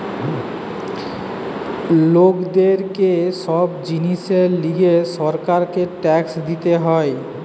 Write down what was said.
লোকদের কে সব জিনিসের লিগে সরকারকে ট্যাক্স দিতে হয়